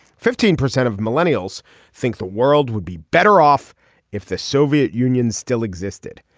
fifteen percent of millennials think the world would be better off if the soviet union still existed.